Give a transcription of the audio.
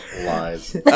Lies